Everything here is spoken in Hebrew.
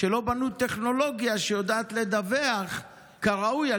שלא בנו טכנולוגיה שיודעת לדווח כראוי על